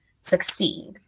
succeed